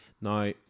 Now